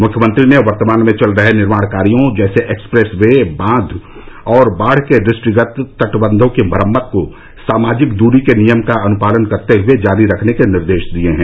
मुख्यमंत्री ने वर्तमान में चल रहे निर्माण कार्यों जैसे एक्सप्रेस वे बांध और बाढ़ के दृष्टिगत तटबंधों की मरम्मत को सामाजिक दूरी के नियम का अनुपालन करते हुए जारी रखने के निर्देश दिए हैं